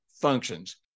functions